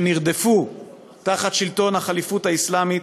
שנרדפו תחת שלטון הח'ליפות האסלאמית,